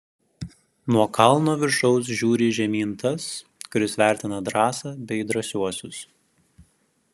nuo kalno viršaus žiūri žemyn tas kuris vertina drąsą bei drąsiuosius